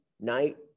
night